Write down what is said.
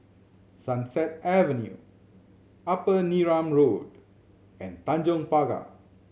Sunset Avenue Upper Neram Road and Tanjong Pagar